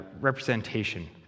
representation